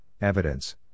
evidence